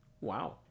Wow